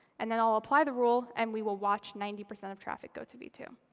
and then i'll apply the rule, and we will watch ninety percent of traffic go to v two.